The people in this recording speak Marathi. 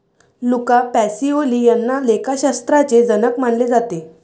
लुका पॅसिओली यांना लेखाशास्त्राचे जनक मानले जाते